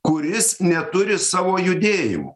kuris neturi savo judėjimų